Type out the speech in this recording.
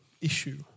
issue